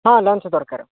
ହଁ ଲଞ୍ଚ ଦରକାର